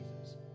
Jesus